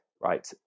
right